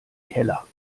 keller